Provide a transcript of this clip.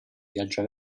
viaggia